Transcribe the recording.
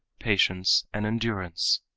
patience and endurance.